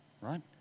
right